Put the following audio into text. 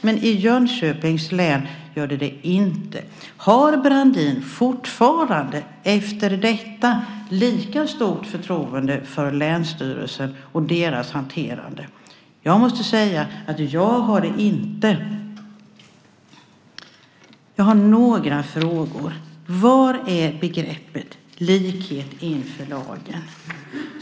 Men i Jönköpings län är det inte så. Har Brandin fortfarande, efter detta, lika stort förtroende för länsstyrelserna och deras hanterande? Jag måste säga att jag inte har det. Jag har några frågor. Vad innebär begreppet likhet inför lagen?